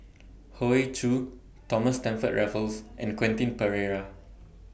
Hoey Choo Thomas Stamford Raffles and Quentin Pereira